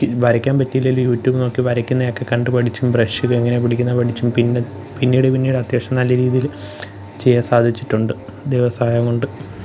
ക്കി വരയ്ക്കാൻ പറ്റില്ലേലും യൂ റ്റൂബ് നോക്കി വരയ്ക്കുന്നതൊക്കെ കണ്ടുപഠിച്ചും ബ്രഷ് എങ്ങനെ പിടിക്കുന്നേന്നു പഠിച്ചും പിന്നെ പിന്നീട് പിന്നീട് അത്യാവശ്യം നല്ല രീതിയില് ചെയ്യാൻ സാധിച്ചിട്ടുണ്ട് ദൈവസഹായംകൊണ്ട്